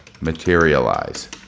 materialize